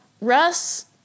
Russ